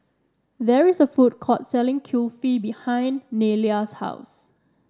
there is a food court selling Kulfi behind Nelia's house